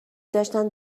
داشتن